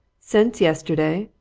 since yesterday,